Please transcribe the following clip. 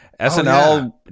SNL